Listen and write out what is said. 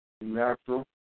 Natural